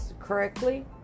correctly